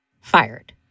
Fired